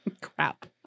crap